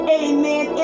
amen